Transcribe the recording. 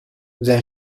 then